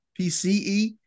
PCE